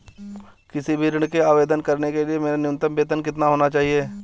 किसी भी ऋण के आवेदन करने के लिए मेरा न्यूनतम वेतन कितना होना चाहिए?